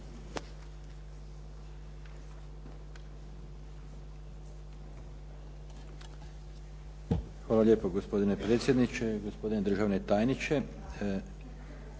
Hvala lijepo, gospodine predsjedniče. Gospodine državni tajniče.